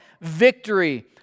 victory